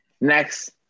Next